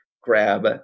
grab